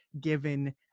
given